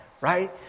right